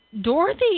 Dorothy